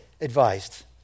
advised